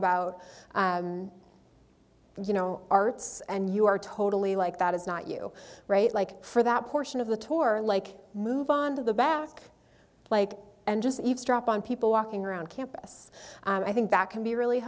about and you know arts and you are totally like that is not you right like for that portion of the tour like move onto the back like and just eavesdrop on people walking around campus i think that can be really